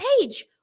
page